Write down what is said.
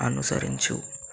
అనుసరించు